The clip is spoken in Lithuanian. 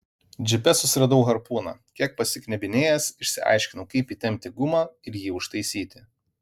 džipe susiradau harpūną kiek pasiknebinėjęs išsiaiškinau kaip įtempti gumą ir jį užtaisyti